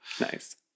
nice